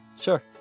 sure